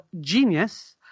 Genius